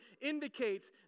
indicates